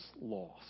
lost